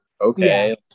okay